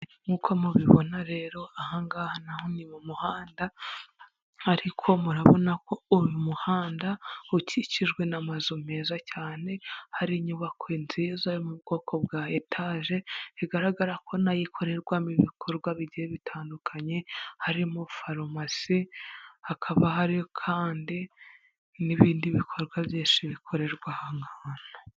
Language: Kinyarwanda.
Nk'uko mubibona rero ahangaha naho ni mu muhanda ariko murabona ko uyu muhanda ukikijwe n'amazu meza cyane, hari inyubako nziza yo mu bwoko bwa etaje bigaragara ko nayo ikorerwamo ibikorwa bigiye bitandukanye harimo farumasi, hakaba hari kandi n'ibindi bikorwa byinshi bikorerwa hano hantu.